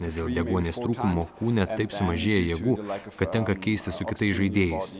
nes dėl deguonies trūkumo kūne taip sumažėja jėgų kad tenka keistis su kitais žaidėjais